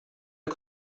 der